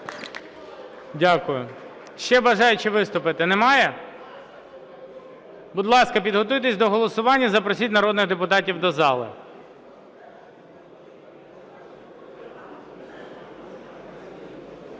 Дякую. Ще бажаючі виступити немає? Будь ласка, підготуйтесь до голосування. Запросіть народних депутатів до зали.